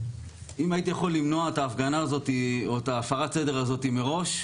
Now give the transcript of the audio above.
אם הייתי יכול למנוע את ההפגנה הזאת או את הפרת הסדר הזאת מראש,